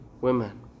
women